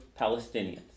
Palestinians